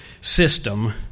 system